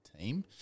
team